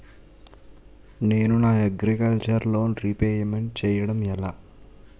నేను నా agriculture loan repayment చేయడం ఎలా?